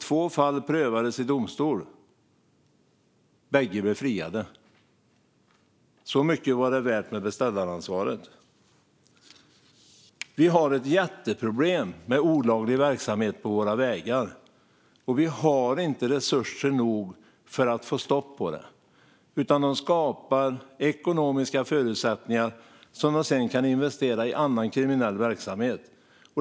Två fall prövades i domstol, men bägge blev friade. Så mycket var beställaransvaret värt. Vi har ett jätteproblem med olaglig verksamhet på vägarna, och vi har inte resurser nog att få stopp på det. De skapar ekonomiska förutsättningar som de sedan kan använda för att investera i annan kriminell verksamhet.